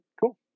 Cool